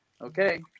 okay